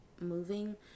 moving